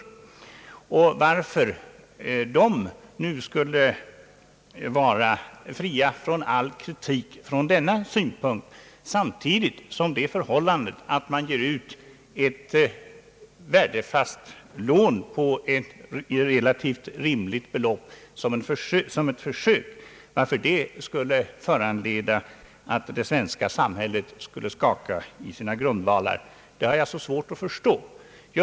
Att dessa pensionssystem från denna synpunkt skulle vara fria från all kritik, samtidigt som ett försök med ett värdefast lån på ett relativt rimligt belopp skulle föranleda att det svenska samhället skakade i sina grundvalar har jag svårt att förstå.